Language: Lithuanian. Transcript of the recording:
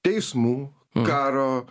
teismų karo